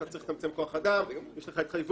אתה צריך לצמצם כוח אדם, יש לך התחייבויות.